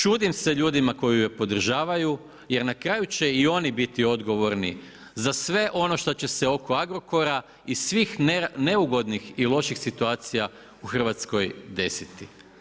Čudim se ljudima koji je podržavaju, jer na karaju će i oni biti odgovorni za sve ono što će se oko Agrokora i svih neugodnih i loših situacija u Hrvatskoj desiti.